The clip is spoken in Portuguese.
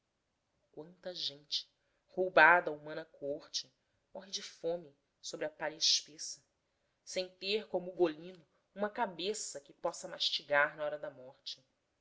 quanta gente roubada à humana coorte morre de fome sobre a palha espessa sem ter como ugolino uma cabeça que possa mastigar na hora da morte